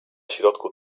środku